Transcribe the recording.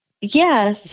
Yes